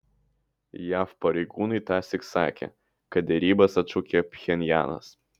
jav pareigūnai tąsyk sakė kad derybas atšaukė pchenjanas